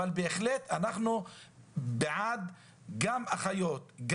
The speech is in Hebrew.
אבל בהחלט אנחנו בעד גם אחיות.